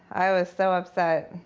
i was so upset.